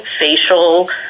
facial